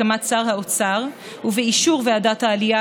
בהסכמת שר האוצר ובאישור ועדת העלייה,